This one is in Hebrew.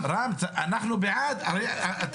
יש יחידות מיוחדות במקום שיש בו בעיות פשיעה גדולות.